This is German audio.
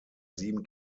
sieben